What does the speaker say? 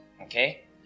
okay